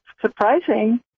surprising